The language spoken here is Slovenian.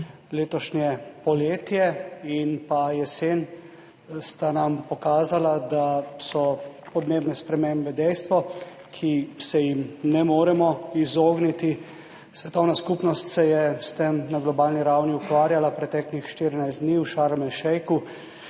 Letošnje poletje in jesen sta nam pokazala, da so podnebne spremembe dejstvo, ki se mu ne moremo izogniti. Svetovna skupnost se je s tem na globalni ravni ukvarjala preteklih 14 dni v Sharm